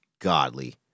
godly